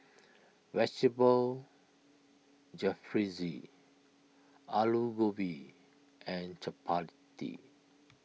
Vegetable Jalfrezi Alu Gobi and Chapati